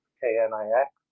K-N-I-X